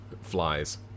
flies